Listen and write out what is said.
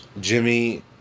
Jimmy